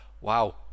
wow